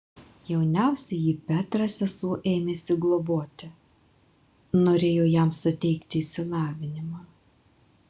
jauniausiąjį petrą sesuo ėmėsi globoti norėjo jam suteikti išsilavinimą